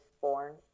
born